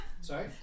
Sorry